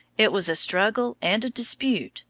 it was a struggle and a dispute,